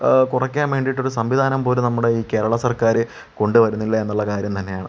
കുറയ്ക്കാൻ വേണ്ടിയിട്ടൊരു സംവിധാനം പോലും നമ്മുടെ ഈ കേരള സർക്കാർ കൊണ്ടു വരുന്നില്ല എന്നുള്ള കാര്യം തന്നെ ആണ്